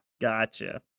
gotcha